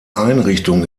einrichtung